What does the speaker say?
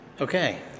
Okay